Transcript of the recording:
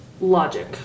logic